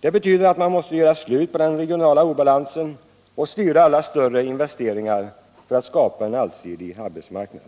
Det betyder att man måste göra slut på den regionala obalansen och styra alla större investeringar för att skapa en allsidig arbetsmarknad.